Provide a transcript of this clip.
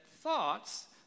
thoughts